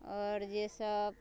आओर जे सब